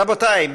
רבותיי,